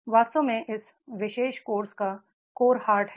वास्तव में इस विशेष कोर्स का कोर हार्ट है